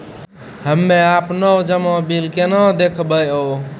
हम्मे आपनौ जमा बिल केना देखबैओ?